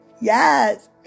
Yes